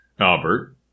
Albert